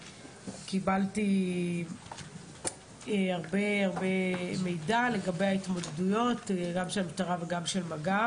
קיבלתי הרבה מידע לקבל ההתמודדויות של המשטרה ושל מג"ב.